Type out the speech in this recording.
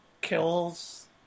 kills